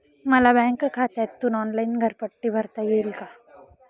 मला बँक खात्यातून ऑनलाइन घरपट्टी भरता येईल का?